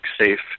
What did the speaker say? safe